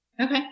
Okay